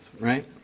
right